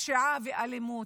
הפשיעה והאלימות.